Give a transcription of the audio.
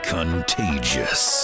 contagious